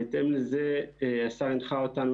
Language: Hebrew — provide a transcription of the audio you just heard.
בהתאם לזה, השר הנחה אותנו